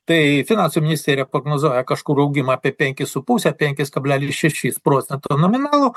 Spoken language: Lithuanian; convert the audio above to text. tai finansų ministerija prognozuoja kažkur augimą apie penkis su puse penkis kablelis šešis procento nominalo